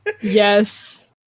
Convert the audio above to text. Yes